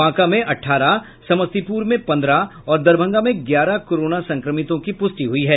बांका में अठारह समस्तीपुर में पन्द्रह और दरभंगा में ग्यारह कोरोना संक्रमितों की पुष्टि हुई है